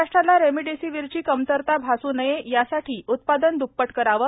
महाराष्ट्राला रेमडीसीवीरची कमतरता भासू नये यासाठी उत्पादन द्रप्पट करावं